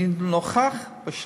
אני נכחתי.